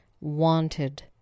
Wanted